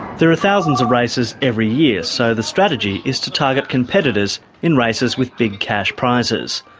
there are thousands of races every year, so the strategy is to target competitors in races with big cash prizes.